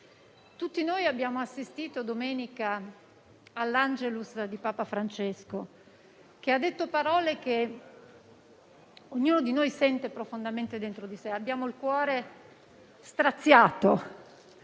Tutti noi abbiamo assistito domenica all'Angelus di papa Francesco, che ha detto parole che ognuno di noi sente profondamente dentro di sé: abbiamo il cuore straziato